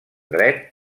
dret